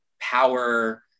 power